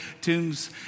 tombs